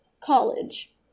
college